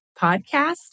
Podcast